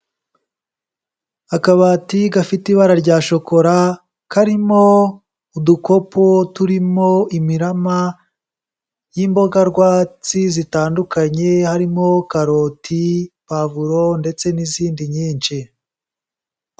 Akabati gafite ibara rya shokora karimo udukopo turimo imirama y'imbogarwatsi zitandukanye, harimo karoti pavulo ndetse n'izindi nyinshi.